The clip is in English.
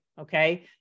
okay